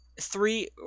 three